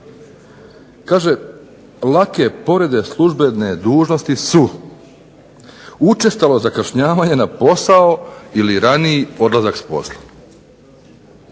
Kaže lake povrede službene dužnosti su učestalo zakašnjavanje na posao ili raniji odlazak s posla,